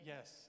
Yes